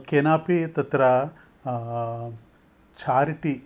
केनापि तत्र छारिटि